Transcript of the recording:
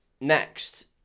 next